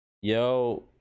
yo